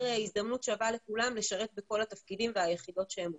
הזדמנות שווה לכולם לשרת בכל התפקידים והיחידות שהם רוצים.